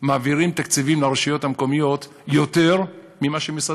מעבירים תקציבים לרשויות המקומיות יותר ממה שמשרד